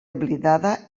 oblidada